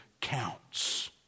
counts